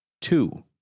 Two